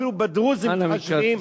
אפילו בדרוזים מתחשבים,